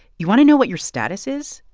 you want to know what your status is?